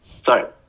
Sorry